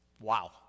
Wow